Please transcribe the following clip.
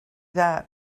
that